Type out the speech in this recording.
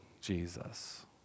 Jesus